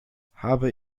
habe